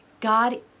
God